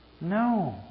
No